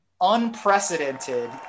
unprecedented